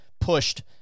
pushed